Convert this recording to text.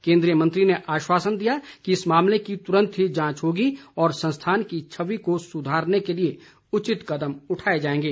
केन्द्रीय मंत्री ने आश्वासन दिया कि इस मामले की तुरंत ही जांच होगी और संस्थान की छवि को सुधारने के लिए उचित कदम उठाए जाएंगे